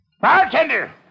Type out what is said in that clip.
Bartender